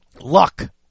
luck